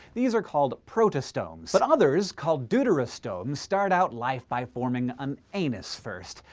these are called protostomes. but others, called deuterostomes, start out life by forming an anus first,